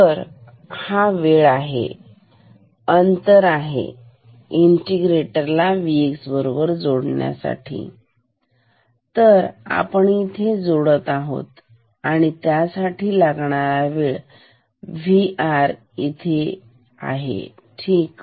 तर हा वेळ आहे अंतर आहे इंटीग्रेटर ला Vx बरोबर जोडण्यासाठी तर आपण इथे जोडत आहोत आणि त्यासाठी लागणारा वेळ Vr इथे ठीक